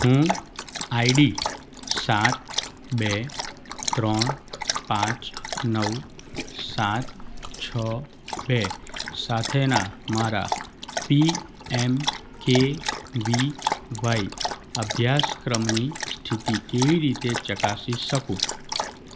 હું આઈડી સાત બે ત્રણ પાંચ નવ સાત છ બે સાથેના મારા P M K V Y અભ્યાસક્રમની સ્થિતિ કેવી રીતે ચકાસી શકું